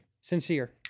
Sincere